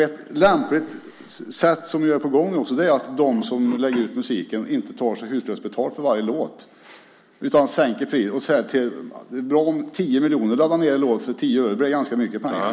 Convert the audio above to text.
Ett lämpligt sätt som också är på gång är att de som lägger ut musiken inte tar så hutlöst betalt för varje låt utan sänker priset. Det är bra om tio miljoner laddar ned en låt för tio öre. Det blir ganska mycket pengar.